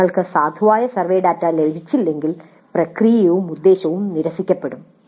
ഞങ്ങൾക്ക് സാധുവായ survey data ലഭിച്ചില്ലെങ്കിൽ മുഴുവൻ പ്രക്രിയയും ഉദ്ദേശ്യവും നിരസിക്കപ്പെടും